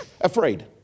afraid